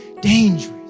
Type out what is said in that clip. dangerous